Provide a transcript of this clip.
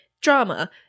drama